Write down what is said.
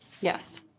Yes